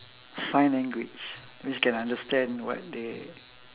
sign language means can understand what they